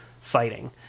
fighting